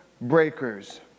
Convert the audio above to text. Breakers